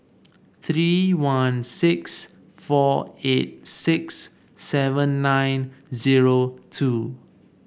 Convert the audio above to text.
three one six four eight six seven nine zero two